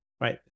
Right